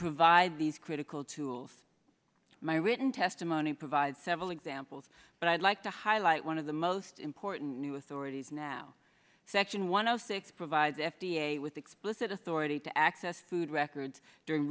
provide these critical tools my written testimony provides several examples but i'd like to highlight one of the most important new authorities now section one zero six provides f d a with explicit authority to access to food records during